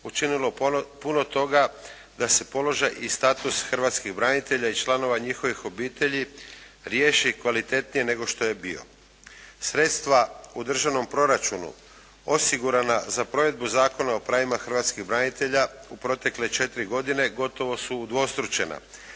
učinilo puno toga da se položaj i status hrvatskih branitelja i članova njihovih obitelji riješi kvalitetnije nego što je bio. Sredstva u državnom proračunu osigurana za provedbu Zakona o pravima hrvatskih branitelja u protekle četiri godine gotovo su udvostručena,